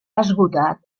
esgotat